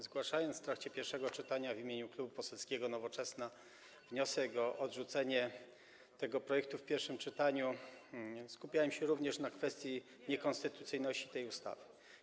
Zgłaszając w trakcie pierwszego czytania w imieniu Klubu Poselskiego Nowoczesna wniosek o odrzucenie tego projektu w pierwszym czytaniu, skupiałem się również na kwestii niekonstytucyjności tej ustawy.